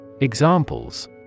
Examples